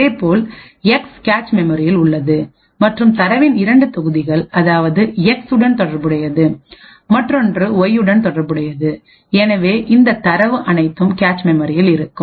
அதேபோல் X cache மெமரியில் உள்ளது மற்றும் தரவின் 2 தொகுதிகள் அதாவது எக்ஸ் உடன் தொடர்புடையது மற்றொன்று ஒய் உடன் தொடர்புடையது எனவே இந்த தரவு அனைத்தும் கேச் மெமரியில் இருக்கும்